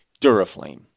Duraflame